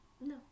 No